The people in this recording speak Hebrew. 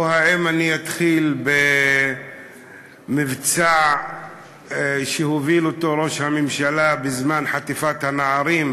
או האם אני אתחיל במבצע שהוביל ראש הממשלה בזמן חטיפת הנערים,